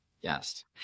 yes